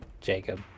Jacob